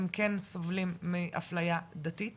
הם כן סובלים מאפליה דתית